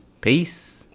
Peace